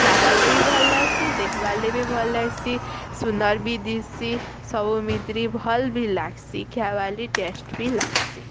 ଖାଇବାର୍ ଲାଗି ଭଲ୍ ଲାଗ୍ସି ଦେଖ୍ବାର୍ ଲାଗି ଭଲ୍ ଲାଗ୍ସି ସୁନ୍ଦର ବି ଦିଶ୍ଛି ସବୁ ମିତ୍ରି ଭଲ୍ ବି ଲାଗ୍ସି ଶିଖ୍ବା ଲାଗି ଟେଷ୍ଟ ବି ଲାଗ୍ସି